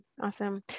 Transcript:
Awesome